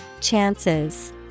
Chances